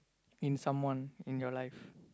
in someone in your life